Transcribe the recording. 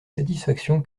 satisfaction